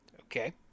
Okay